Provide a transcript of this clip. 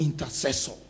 intercessor